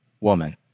woman